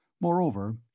Moreover